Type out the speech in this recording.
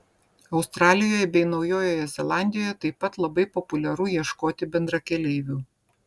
australijoje bei naujojoje zelandijoje taip pat labai populiaru ieškoti bendrakeleivių